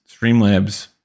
streamlabs